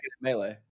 melee